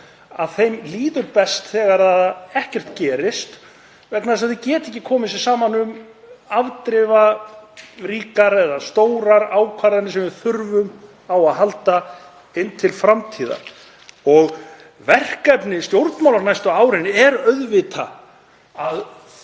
að þeim líður best þegar ekkert gerist vegna þess að þau geta ekki komið sér saman um afdrifaríkar eða stórar ákvarðanir sem við þurfum á að halda til framtíðar. Verkefni stjórnmála næstu árin er auðvitað að